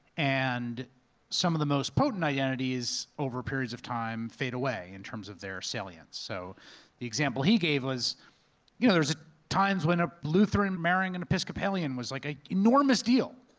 and some of the most potent identities over periods of time fade away in terms of their salience. so the example he gave was you know there was a time when a lutheran marrying an episcopalian was like an enormous deal,